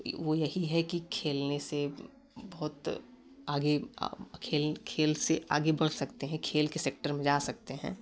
वो यही है की खेलने से बहुत आगे खेल खेल से आगे बढ़ सकते हैं खेल के सेक्टर में जा सकते हैं